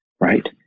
right